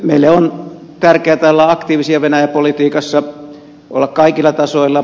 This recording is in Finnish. meille on tärkeätä olla aktiivisia venäjä politiikassa olla kaikilla tasoilla